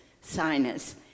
sinus